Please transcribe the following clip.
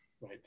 Right